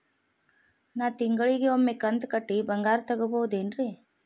ನಾ ತಿಂಗಳಿಗ ಒಮ್ಮೆ ಕಂತ ಕಟ್ಟಿ ಬಂಗಾರ ತಗೋಬಹುದೇನ್ರಿ?